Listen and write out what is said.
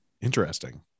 Interesting